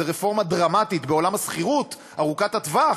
שזו רפורמה דרמטית בעולם השכירות ארוכת הטווח,